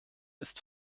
ist